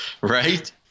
Right